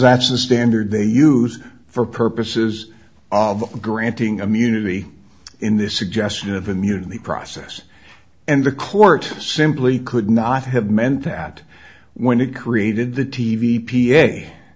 that's the standard they use for purposes of granting immunity in this suggestion of immunity process and the court simply could not have meant that when it created the t v p